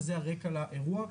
וזה הרקע לאירוע.